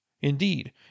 Indeed